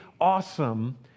awesome